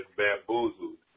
bamboozled